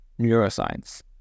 neuroscience